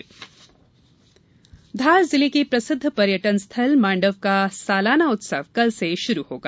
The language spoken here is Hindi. माण्डव उत्सव धार जिले के प्रसिद्ध पर्यटन स्थल माण्डव का सालाना उत्सव कल से शुरू होगा